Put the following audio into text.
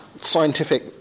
scientific